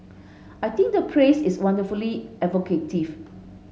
I think the phrase is wonderfully evocative